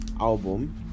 album